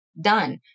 done